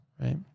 right